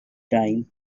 time